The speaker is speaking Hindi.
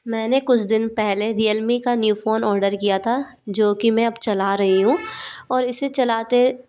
मैंने कुछ दिन पहले रियलमी का न्यू फ़ोन ऑर्डर किया था जो कि मैं अब चला रही हूँ और इसे चलाते